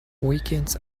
weekends